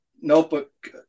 notebook